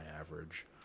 average